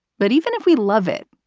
but even if we love it.